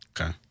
okay